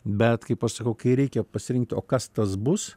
bet kaip aš sakau kai reikia pasirinkt o kas tas bus